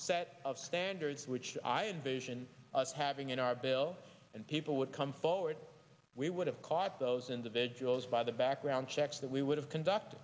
set of standards which i envision us having in our bill and people would come forward we would have caught those individuals by the background checks that we would have conducted